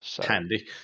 Handy